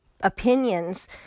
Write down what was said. opinions